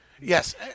Yes